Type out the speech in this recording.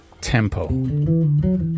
tempo